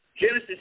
Genesis